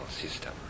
system